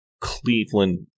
Cleveland